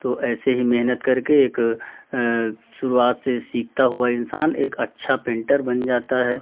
तो ऐसे ही मेहनत करके एक शुरुआत से सीखता हुआ इंसान एक अच्छा पेन्टर बन जाता है